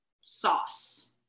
sauce